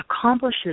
accomplishes